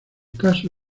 caso